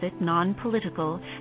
non-political